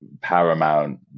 paramount